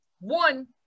one